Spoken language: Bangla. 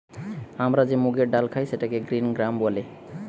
আমরা যে মুগের ডাল খাই সেটাকে গ্রিন গ্রাম বলে